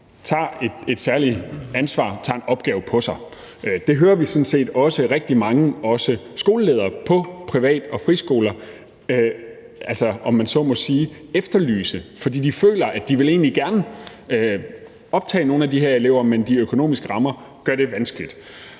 tager et særligt ansvar og tager den opgave på sig. Det hører vi sådan set også rigtig mange skoleledere på privat- og friskoler efterlyse, fordi de føler, at de egentlig gerne vil optage nogle af de her elever, men at de økonomiske rammer gør det vanskeligt.